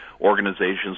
organizations